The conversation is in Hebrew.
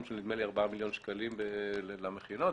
של 4 מיליון שקלים כמדומני לטובת המכינות.